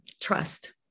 trust